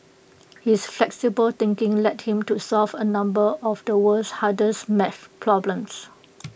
his flexible thinking led him to solve A number of the world's harder's math problems